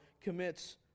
commits